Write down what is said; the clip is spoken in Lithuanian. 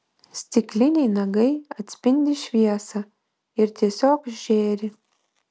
stikliniai nagai atspindi šviesą ir tiesiog žėri